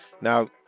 Now